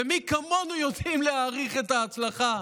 ומי כמונו יודעים להעריך את ההצלחה,